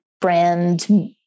brand